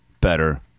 Better